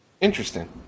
Interesting